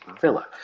Villa